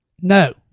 No